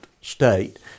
state